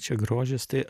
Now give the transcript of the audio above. čia grožis tai